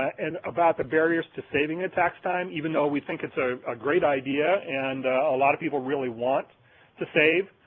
and about the barriers to saving at tax time even though we think it's ah a great idea and a lot of people really want to save.